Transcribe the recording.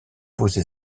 posé